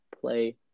play